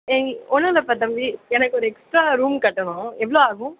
எங்களு ஒன்னுமில்லப்பா தம்பி எனக்கு ஒரு எக்ஸ்ட்ரா ரூம் கட்டணும் எவ்வளோ ஆகும்